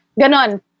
Ganon